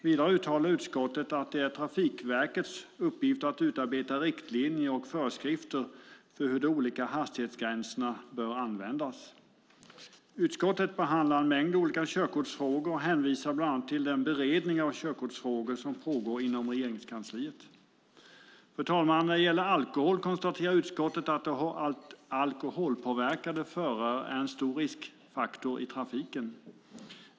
Vidare uttalar utskottet att det är Trafikverkets uppgift att utarbeta riktlinjer och föreskrifter för hur de olika hastighetsgränserna bör användas. Utskottet behandlar en mängd olika körkortsfrågor och hänvisar bland annat till den beredning av körkortsfrågor som pågår inom Regeringskansliet. Herr talman! När det gäller alkohol konstaterar utskottet att alkoholpåverkade förare är en stor riskfaktor i trafiken.